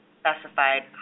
specified